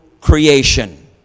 Creation